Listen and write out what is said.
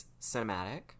cinematic